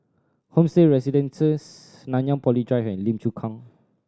Homestay Residences Nanyang Poly Drive and Lim Chu Kang